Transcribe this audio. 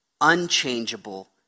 unchangeable